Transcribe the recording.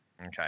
Okay